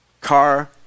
car